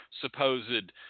supposed